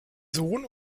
sohn